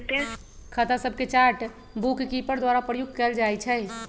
खता सभके chart bookkeeper द्वारा प्रयुक्त कएल जाइ छइ